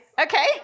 Okay